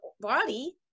body